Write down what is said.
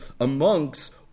amongst